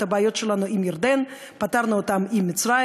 הבעיות שלנו עם ירדן ופתרנו אותן עם מצרים.